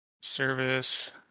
service